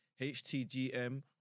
HTGM